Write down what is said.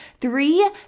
three